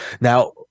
Now